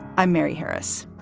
i'm mary harris.